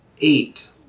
eight